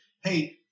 hey